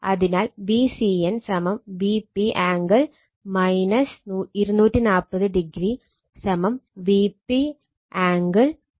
അതിനാൽ Vcn Vp angle 240o Vp angle 120o